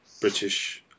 British